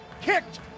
kicked